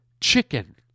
chicken